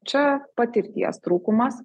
čia patirties trūkumas